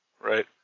Right